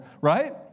right